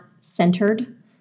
centered